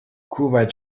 kuwait